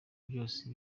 byose